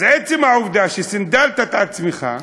אז עצם העובדה שסנדלת את עצמך,